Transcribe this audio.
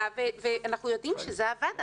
אנחנו יודעים שזה עבד.